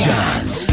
Johns